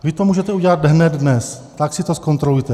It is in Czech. Vy to můžete udělat hned dnes, tak si to zkontrolujte.